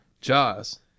Jaws